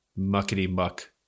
muckety-muck